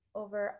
over